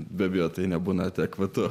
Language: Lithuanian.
be abejo tai nebūna adekvatus